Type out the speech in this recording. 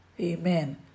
Amen